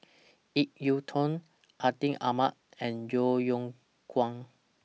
Ip Yiu Tung Atin Amat and Yeo Yeow Kwang